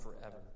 forever